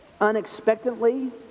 unexpectedly